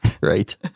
Right